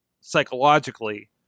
psychologically